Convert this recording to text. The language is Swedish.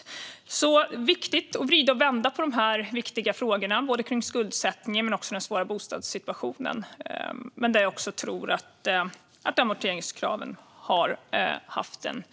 Det är alltså viktigt att vrida och vända på dessa frågor om skuldsättningen och om den svåra bostadssituationen. Där tror jag att amorteringskraven har haft en